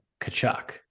kachuk